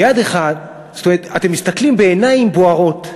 אתם מסתכלים בעיניים בוערות,